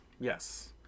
yes